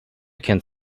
can’t